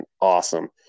awesome